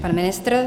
Pan ministr?